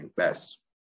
invest